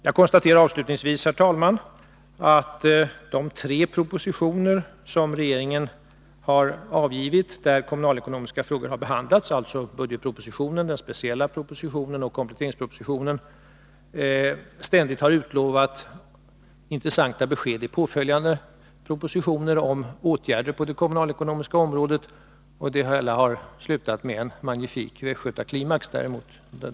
Jag konstaterar avslutningsvis, herr talman, att regeringen i de tre propositioner den har avgivit i vilka kommunalekonomiska frågor behandlas — budgetpropositionen, den speciella propositionen och kompletteringspropositionen — ständigt har utlovat intressanta besked i påföljande propositioner om åtgärder på det kommunalekonomiska området. Det hela har slutat med en magnifik västgötaklimax.